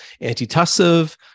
Anti-tussive